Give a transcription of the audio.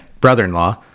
brother-in-law